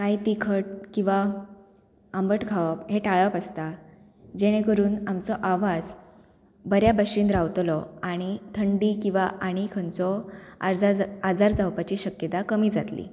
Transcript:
कांय तिखट किंवां आंबट खावप हें टाळप आसता जेणे करून आमचो आवाज बऱ्या बशेन रावतलो आनी थंडी किंवां आनी खंयचो आज आजार जावपाची शक्यता कमी जातली